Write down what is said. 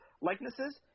likenesses